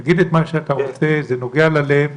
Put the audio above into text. תגיד את מה שאתה רוצה, זה נוגע ללב.